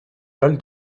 dol